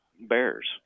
bears